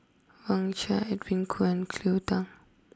Wang Sha Edwin Koo and Cleo Thang